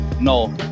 No